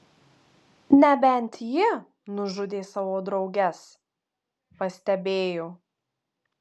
nebent ji nužudė savo drauges pastebėjo